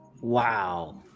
Wow